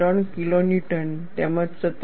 3 kilonewton તેમજ 17